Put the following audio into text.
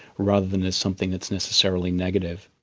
rather than as something that's necessarily negative.